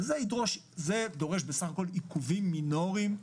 זה דורש עיכובים מינוריים,